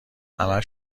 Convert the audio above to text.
همه